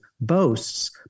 boasts